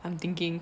I'm thinking